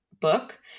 book